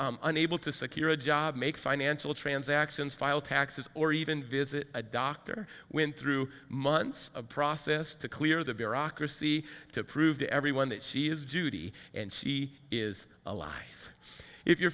unable to secure a job make financial transactions file taxes or even visit a doctor when through months of process to clear the bureaucracy to prove to everyone that she is duty and she is alive if you're